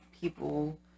people